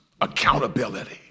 accountability